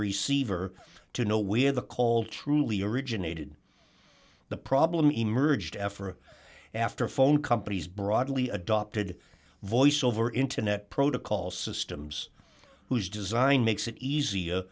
receiver to know where the call truly originated the problem emerged f or after phone companies broadly adopted voice over internet protocol systems whose design makes it eas